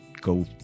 go